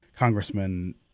Congressman